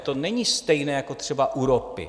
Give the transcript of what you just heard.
To není stejné jako třeba u ropy.